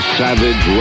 savage